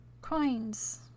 Coins